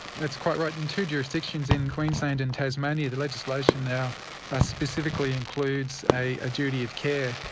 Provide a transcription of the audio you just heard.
that's quite right. in two jurisdictions in queensland and tasmania, the legislation now ah specifically includes a ah duty of care.